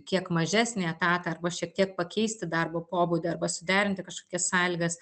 kiek mažesnį etatą arba šiek tiek pakeisti darbo pobūdį arba suderinti kažkokias sąlygas